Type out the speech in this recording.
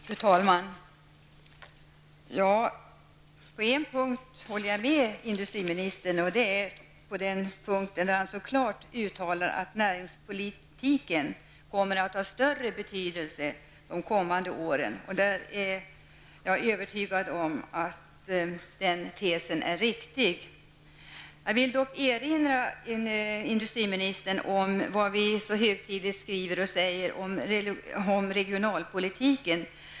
Fru talman! På en punkt håller jag med industriministern. Det är när han klart uttalar att näringspolitiken kommer att ha större betydelse de kommande åren. Jag är övertygad om att den tesen är riktig. Jag vill dock erinra industriministern om vad vi så högtidligt skriver och säger om regionalpolitiken.